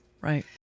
Right